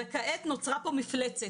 וכעת נוצרה פה מפלצת.